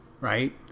right